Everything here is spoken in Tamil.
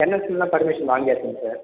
என்எல்சிக்குலாம் பர்மிஷன் வாங்கியாச்சுங்க சார்